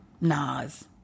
Nas